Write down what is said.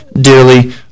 dearly